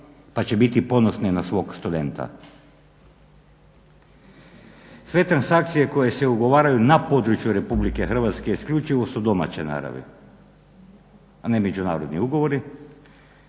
pa će biti ponosni na svog studenta. Sve transakcije koje se ugovaraju na području RH isključivo su domaće naravi a ne međunarodni ugovori,